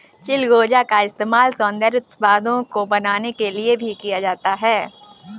चिलगोजा का इस्तेमाल सौन्दर्य उत्पादों को बनाने के लिए भी किया जाता है